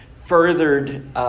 furthered